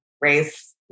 race